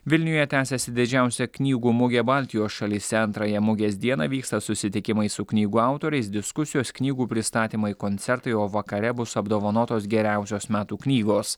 vilniuje tęsiasi didžiausia knygų mugė baltijos šalyse antrąją mugės dieną vyksta susitikimai su knygų autoriais diskusijos knygų pristatymai koncertai o vakare bus apdovanotos geriausios metų knygos